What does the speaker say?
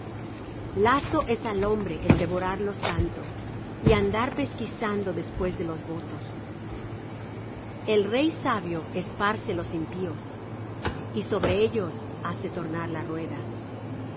lazo es al hombre el devorar lo santo y andar pesquisando después de los votos el rey sabio esparce los impíos y sobre ellos hace tornar la rueda